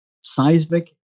seismic